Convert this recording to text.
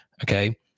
okay